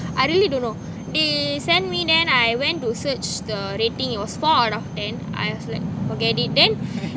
I really don't know they send me then I went to search the rating it was four out of ten I was like forget it then